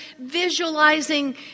visualizing